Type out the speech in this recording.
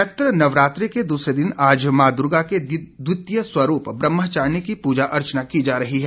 चैत्र नवरात्रे के दूसरे दिन आज मां दुर्गा के द्वितीय स्वरूप बइमचारिणी की पूजा अर्चना की जा रही है